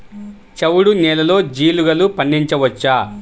చవుడు నేలలో జీలగలు పండించవచ్చా?